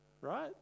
right